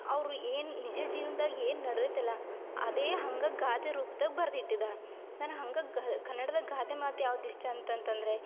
ಅವ್ರು ಏನು ನಿಜ ಜೀವನ್ದಾಗ ಏನು ನಡೆದೈತಲ್ಲ ಅದೇ ಹಂಗೇ ಗಾದೆ ರೂಪ್ದಾಗ ಬರ್ದಿಟ್ಟಿದಾರೆ ನಾನು ಹಂಗೆ ಗ ಕನ್ನಡ್ದಾಗ ಗಾದೆ ಮಾತು ಯಾವ್ದು ಇಷ್ಟ ಅಂತ ಅಂತಂದರೆ